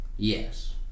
Yes